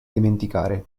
dimenticare